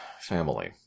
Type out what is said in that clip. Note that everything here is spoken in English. Family